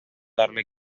darle